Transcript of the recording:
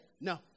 no